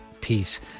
peace